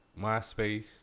MySpace